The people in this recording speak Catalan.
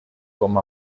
com